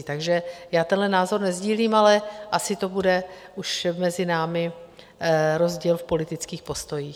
Takže já tenhle názor nesdílím, ale asi to bude už mezi námi rozdíl v politických postojích.